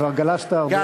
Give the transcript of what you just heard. לא לא, כבר גלשת הרבה.